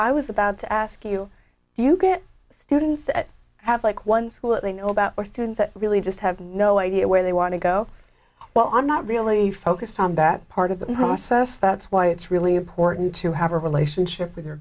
i was about to ask you do you get students at have like one school that they know about where students at really just have no idea where they want to go well i'm not really focused on that part of the process that's why it's really important to have a relationship with your